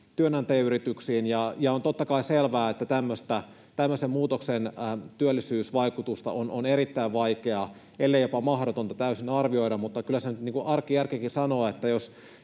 työnantajayrityksiin. On totta kai selvää, että tämmöisen muutoksen työllisyysvaikutusta on erittäin vaikeaa, ellei jopa mahdotonta, täysin arvioida, mutta kyllä sen nyt arkijärkikin sanoo, että jos